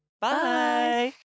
Bye